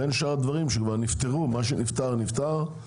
בין שאר הדברים שכבר נפתרו, מה שנפתר נפתר,